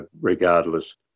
regardless